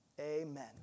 Amen